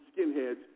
skinheads